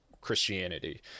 Christianity